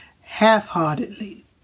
half-heartedly